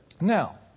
Now